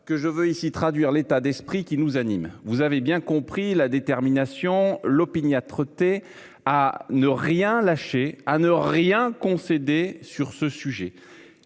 je veux traduire l'état d'esprit qui nous anime. Vous avez bien compris la détermination, l'opiniâtreté à ne rien lâcher, à ne rien concéder sur ce sujet.